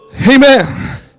Amen